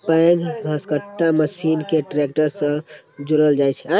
पैघ घसकट्टा मशीन कें ट्रैक्टर सं जोड़ल जाइ छै